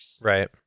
Right